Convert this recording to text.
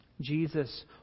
Jesus